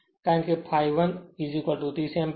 કેમ કે ∅ 1 30 એમ્પીયર